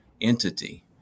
entity